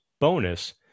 bonus